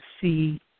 see